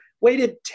waited